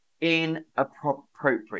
inappropriate